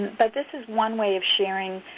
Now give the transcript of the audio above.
but this is one way of sharing